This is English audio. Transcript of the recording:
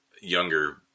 younger